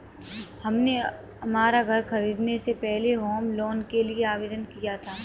हमने हमारा घर खरीदने से पहले होम लोन के लिए आवेदन किया था